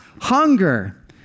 hunger